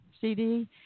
CD